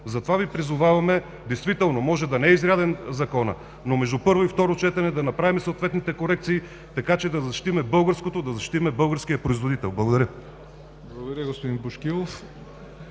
Затова Ви призоваваме, действително може да не е изряден Законът, но между първо и второ четене да направим съответните корекции, така че да защитим българското, да защитим българския производител. Благодаря.